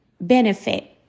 benefit